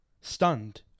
Stunned